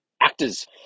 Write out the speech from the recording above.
Actors